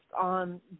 on